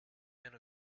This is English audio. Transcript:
and